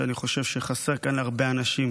שאני חושב שחסר כאן להרבה אנשים